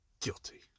guilty